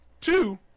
two